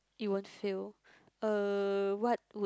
it won't fail uh what would